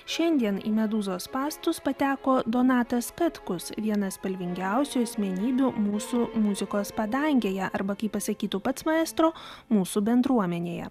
šiandien į medūzos spąstus pateko donatas katkus vienas spalvingiausių asmenybių mūsų muzikos padangėje arba kaip pasakytų pats maestro mūsų bendruomenėje